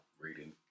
reading